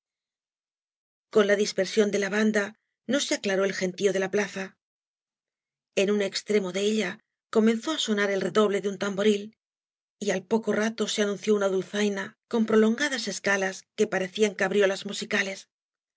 con la dispersión de la banda no se aclaró e cañas y barro gentío de la plaza en un extremo de ella comenzó á sonar el redoble de un tamboril y al poco rato be anunció una dulzaina con prolongadas esalas que parecían cabriolas musicales